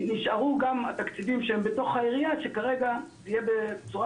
נשארו גם התקציבים שהם בתוך העירייה שכרגע יהיה בצורה